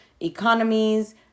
economies